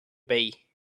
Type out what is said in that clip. bay